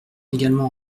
également